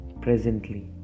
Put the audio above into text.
presently